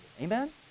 Amen